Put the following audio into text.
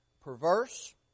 perverse